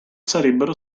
sarebbero